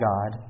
God